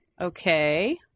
Okay